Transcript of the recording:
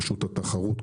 רשות התחרות,